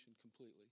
completely